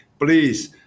Please